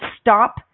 stop